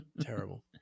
Terrible